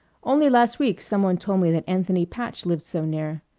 only last week some one told me that anthony patch lived so near.